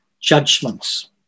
judgments